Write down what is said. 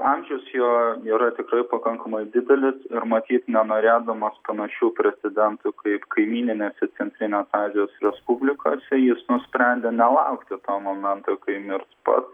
amžius jo yra tikrai pakankamai didelis ir matyt nenorėdamas panašių precedentų kaip kaimyninėse centrinės azijos respublikose jis nusprendė nelaukti to momento kai mirs pats